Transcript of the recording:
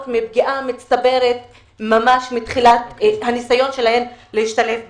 מפגיעה מצטברת מתחילת הניסיון שלהן להשתלב בעבודה.